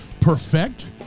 perfect